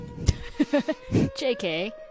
JK